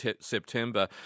September